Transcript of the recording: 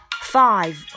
Five